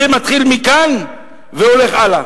זה מתחיל מכאן והולך הלאה.